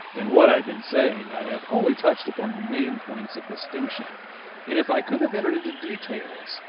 in what i have been saying i have only touched upon the main points of distinction and if i could have entered into details,